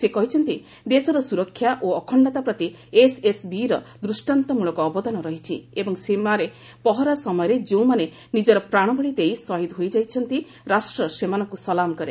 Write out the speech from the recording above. ସେ କହିଛନ୍ତି ଦେଶର ସୁରକ୍ଷା ଓ ଅଖଣ୍ଡତାପ୍ରତି ଏସ୍ଏସ୍ବିର ଦୃଷ୍ଟାନ୍ତମଳକ ଅବଦାନ ରହିଛି ଏବଂ ସୀମାରେ ପହରା ସମୟରେ ଯେଉଁମାନେ ନିଜର ପ୍ରାଣବଳୀ ଦେଇ ଶହୀଦ୍ ହୋଇଯାଇଛନ୍ତି ରାଷ୍ଟ୍ର ସେମାନଙ୍କୁ ସଲାମ କରେ